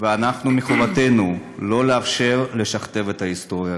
ואנחנו, מחובתנו לא לאפשר לשכתב את ההיסטוריה.